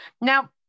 now